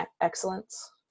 excellence